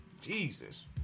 Jesus